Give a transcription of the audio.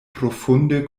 profunde